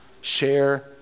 Share